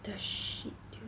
the shit dude